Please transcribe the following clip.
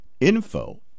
info